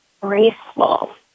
graceful